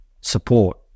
support